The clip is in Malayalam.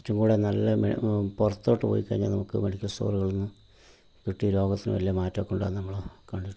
കുറച്ചും കൂടെ നല്ല മെ പുറത്തോട്ട് പോയി കഴിഞ്ഞാൽ നമുക്ക് മെഡിക്കൽ സ്റ്റോറുകളിൽ നിന്നും കിട്ടി രോഗത്തിന് നല്ല മാറ്റം ഒക്കെ ഉണ്ടാവുന്നത് നമ്മൾ കണ്ടിട്ടുണ്ട്